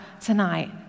tonight